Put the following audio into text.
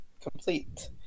Complete